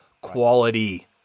quality